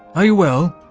are you well?